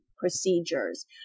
procedures